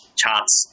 charts